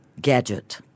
gadget